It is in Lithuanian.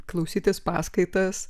klausytis paskaitas